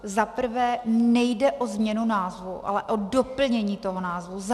Zaprvé nejde o změnu názvu, ale o doplnění toho názvu.